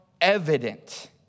evident